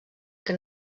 que